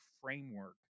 framework